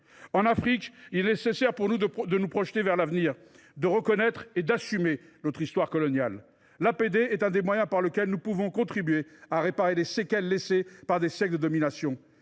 En Afrique, il est nécessaire de nous projeter vers l’avenir, de reconnaître et d’assumer notre histoire coloniale. L’APD est l’un des moyens grâce auxquels nous pouvons contribuer à réparer les séquelles laissées par des siècles de domination.